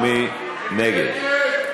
מי נגד?